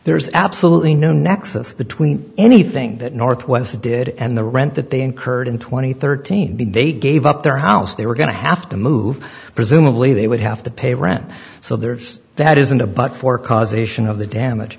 there's absolutely no nexus between anything that northwest did and the rent that they incurred in two thousand and thirteen they gave up their house they were going to have to move presumably they would have to pay rent so there's that isn't a but for causation of the damage